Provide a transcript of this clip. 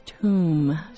tomb